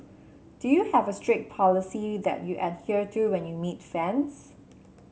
do you have a strict policy that you adhere to when you meet fans